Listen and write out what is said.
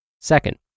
Second